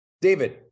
David